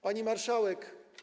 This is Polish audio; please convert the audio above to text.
Pani Marszałek!